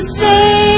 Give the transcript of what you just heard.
say